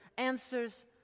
Answers